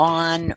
on